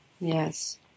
Yes